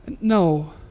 no